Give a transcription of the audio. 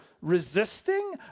resisting